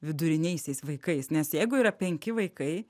viduriniaisiais vaikais nes jeigu yra penki vaikai